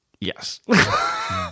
Yes